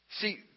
See